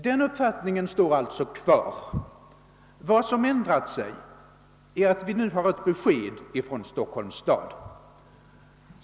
Den förändring som inträtt är att vi nu fått ett besked från Stockholms stad.